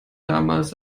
damals